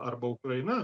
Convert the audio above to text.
arba ukraina